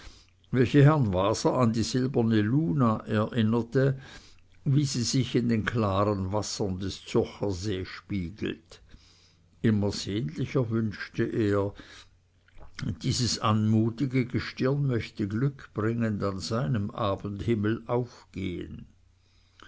welche herrn waser an die silberne luna erinnerte wie sie sich in den klaren wassern des zürchersees spiegelt immer sehnlicher wünschte er dieses anmutige gestirn möchte glückbringend an seinem abendhimmel aufgehen